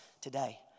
today